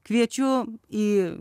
kviečiu į